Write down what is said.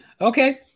Okay